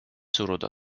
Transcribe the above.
suruda